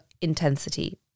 intensity